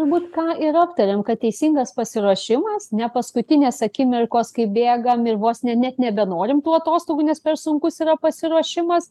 turbūt ką ir aptarėm kad teisingas pasiruošimas ne paskutinės akimirkos kai bėgam ir vos ne net nebenorim tų atostogų nes per sunkus yra pasiruošimas